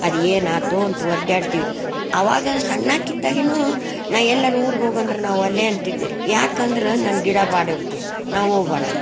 ಅದು ಏನಾಯ್ತೋ ಅಂತ ಒದ್ದಾಡ್ತೀವಿ ಆವಾಗ ಸಣ್ಣಾಕಿದ್ದಾಗಿನೂ ನಾ ಎಲ್ಲಾರು ಊರಿಗೆ ಹೋಗು ಅಂದ್ರೆ ನಾ ಒಲ್ಲೇ ಅಂತಿದ್ದೆ ಯಾಕಂದ್ರೆ ನನ್ನ ಗಿಡ ಬಾಡಿ ಹೋಗ್ತದ್ ನಾ ಹೋಗ್ಬಾರ್ದು